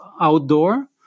outdoor